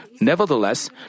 Nevertheless